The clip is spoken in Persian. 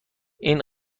این